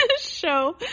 show